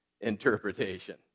interpretation